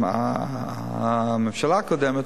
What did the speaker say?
הממשלה הקודמת,